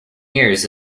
years